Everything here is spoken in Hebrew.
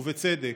ובצדק.